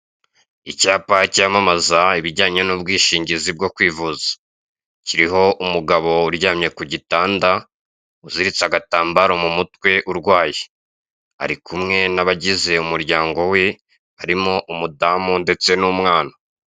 Icyapa cyamamaza ibijyanye n'ubwishingizi bwo kwivuza, kiriho umugabo uryamye kugitanda uziritse agatambaro mu mutwe urwaye ari kumye n'abagize umuryango we harimo umudamu ndetse n'umwana.